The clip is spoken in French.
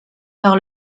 par